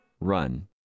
Run